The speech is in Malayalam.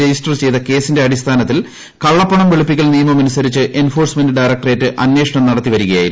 രജിസ്റ്റർ ചെയ്ത കേസിന്റെ അടിസ്ഥാനത്തിൽ കള്ളപ്പണം വെളുപ്പിക്കൽ നിയമമനുസരിച്ച് എൻഫോഴ്സ്മെന്റ് ഡയറക്ടറേറ്റ് അന്വേഷണം നടത്തി വരികയായിരുന്നു